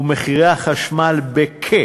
ומחירי החשמל בכ,